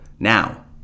Now